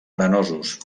arenosos